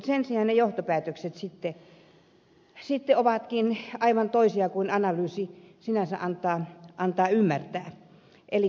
sen sijaan ne johtopäätökset ovatkin aivan toisia kuin analyysi sinänsä antaa ymmärtää